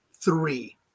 Three